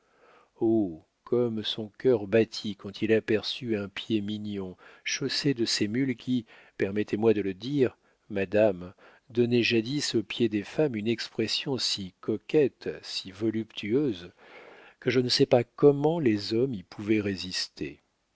comme son cœur battit quand il aperçut un pied mignon chaussé de ces mules qui permettez-moi de le dire madame donnaient jadis au pied des femmes une expression si coquette si voluptueuse que je ne sais pas comment les hommes y pouvaient résister